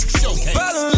showcase